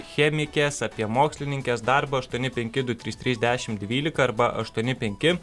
chemikės apie mokslininkės darbą aštuoni penki du trys trys dešim dvylika arba aštuoni penki